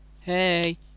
Hey